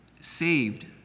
saved